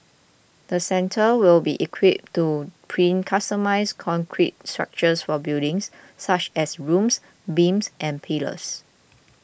the centre will be equipped to print customised concrete structures for buildings such as rooms beams and pillars